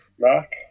Mark